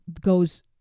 goes